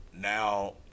Now